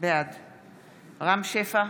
בעד רם שפע,